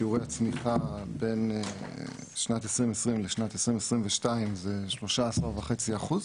שיעורי הצמיחה בין שנת 2020 לשנת 2022 הם 13.5 אחוז,